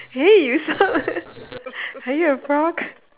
eh you sound like are you a frog